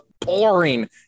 Boring